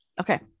Okay